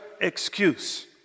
excuse